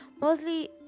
Mostly